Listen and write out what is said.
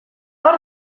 hor